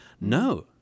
No